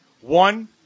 One